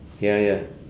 ya ya